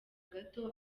gato